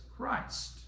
Christ